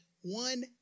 one